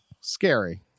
scary